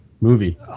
movie